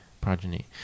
progeny